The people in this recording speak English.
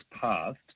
passed